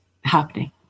happening